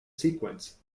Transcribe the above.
sequence